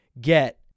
get